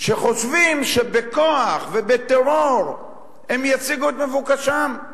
שחושבים שבכוח ובטרור הם ישיגו את מבוקשם.